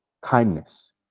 Kindness